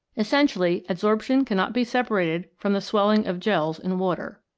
essentially adsorption cannot be separated from the swelling of gels in water.